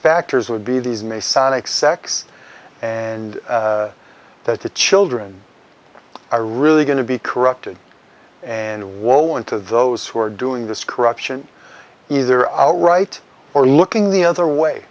factors would be these may sonic sex and that the children are really going to be corrupted and woe into those who are doing this corruption either outright or looking the other way